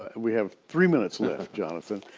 ah we have three minutes left, jonathan.